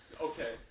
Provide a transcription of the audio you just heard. okay